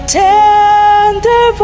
tender